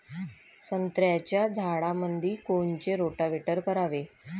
संत्र्याच्या झाडामंदी कोनचे रोटावेटर करावे?